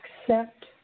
accept